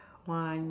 one